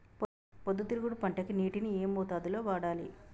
పొద్దుతిరుగుడు పంటకి నీటిని ఏ మోతాదు లో వాడాలి?